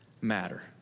matter